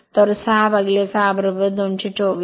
तर 6 6 224